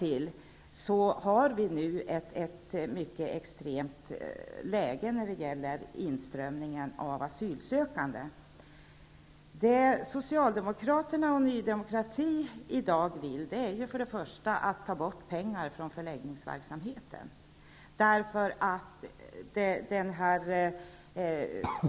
Dessutom har vi ett extremt läge när det gäller inströmningen av asylsökanden. Socialdemokraterna och Ny demokrati säger sig i dag vilja ta bort pengar från förläggningsverksamheten.